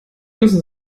müssen